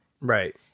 Right